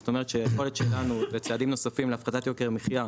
זאת אומרת שהיכולת שלנו וצעדים נוספים להפחתת יוקר המחיה,